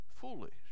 foolish